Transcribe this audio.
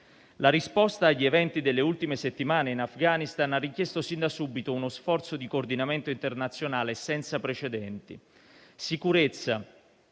La risposta agli eventi delle ultime settimane in Afghanistan ha richiesto sin da subito uno sforzo di coordinamento internazionale senza precedenti. Sicurezza,